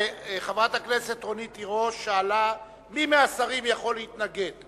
חברת הכנסת רונית תירוש שאלה מי מהשרים יכול להתנגד.